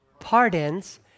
pardons